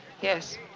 Yes